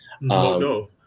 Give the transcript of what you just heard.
no